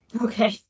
Okay